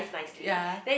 ya